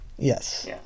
yes